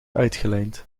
uitgelijnd